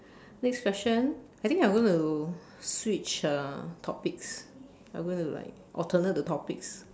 next question I think I going to switch uh topics I'm going to like alternate the topics